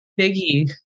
Biggie